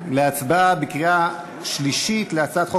להצבעה בקריאה שלישית על הצעת חוק